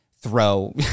throw